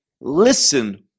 listen